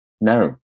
No